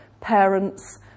Parents